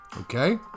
Okay